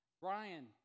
Brian